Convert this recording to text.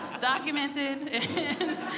documented